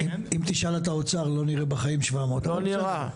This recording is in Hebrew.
אם תשאל את האוצר לא נראה בחיים 700 , אבל בסדר.